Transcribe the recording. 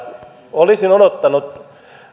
olisin odottanut